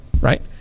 right